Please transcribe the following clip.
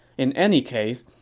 in any case,